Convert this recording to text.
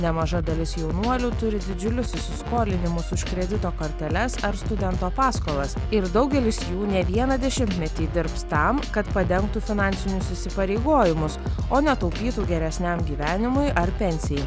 nemaža dalis jaunuolių turi didžiulius įsiskolinimus už kredito korteles ar studento paskolas ir daugelis jų ne vieną dešimtmetį dirbs tam kad padengtų finansinius įsipareigojimus o ne taupytų geresniam gyvenimui ar pensijai